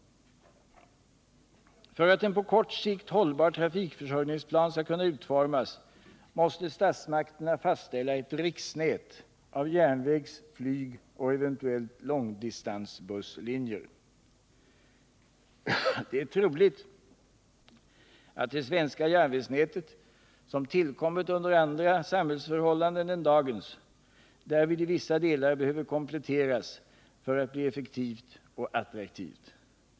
För att en på kort sikt hållbar trafikförsörjningsplan skall kunna uformas måste statsmakterna fastställa ett riksnät av järnvägs-, flygoch eventuellt långdistansbusslinjer. Det är troligt att det svenska järnvägsnätet, som tillkommit under andra samhällsförhållanden än dagens, därvid i vissa delar behöver kompletteras för att bli effektivt och attraktivt.